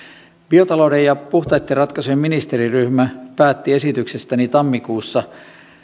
biotalouden ja puhtaitten ratkaisujen ministeriryhmä päätti esityksestäni tammikuussa